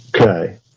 Okay